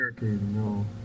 no